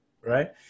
right